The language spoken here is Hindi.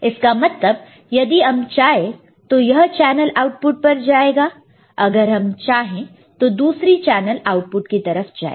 इसका मतलब यदि हम चाहे तो इस यह चैनल आउटपुट पर जाएगा अगर हम चाहे तो दूसरी चैनल आउटपुट की तरफ जाएगा